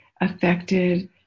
affected